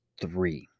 three